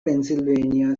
pennsylvania